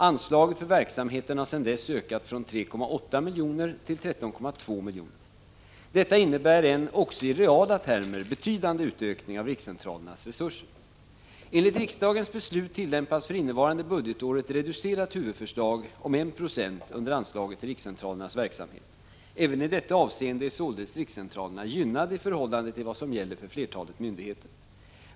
Anslaget för verksamheten har sedan dess ökat från 3,8 milj.kr. till 13,2 milj.kr. Detta innebär en, också i reala termer, betydande ökning av rikscentralernas resurser. Enligt riksdagens beslut tillämpas för innevarande budgetår ett reducerat huvudförslag om 1 26 under anslaget till rikscentralernas verksamhet. Även i detta avseende är således rikscentralerna gynnade i förhållande till vad som gäller för flertalet myndigheter.